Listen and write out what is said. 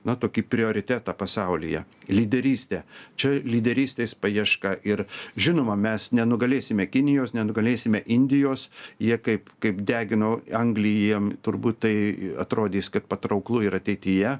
na tokį prioritetą pasaulyje lyderystę čia lyderystės paieška ir žinoma mes nenugalėsime kinijos nenugalėsime indijos jie kaip kaip degino anglį jiem turbūt tai atrodys kad patrauklu ir ateityje